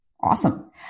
Awesome